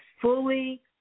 fully